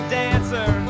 dancer